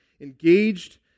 engaged